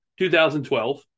2012